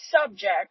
subject